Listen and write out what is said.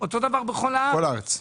אותו דבר בכל הארץ.